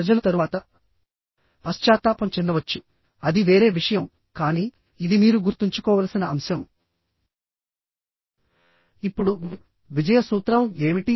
ప్రజలు తరువాత పశ్చాత్తాపం చెందవచ్చు అది వేరే విషయం కానీ ఇది మీరు గుర్తుంచుకోవలసిన అంశం ఇప్పుడు విజయ సూత్రం ఏమిటి